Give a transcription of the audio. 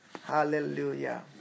Hallelujah